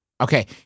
Okay